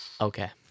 okay